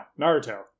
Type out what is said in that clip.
Naruto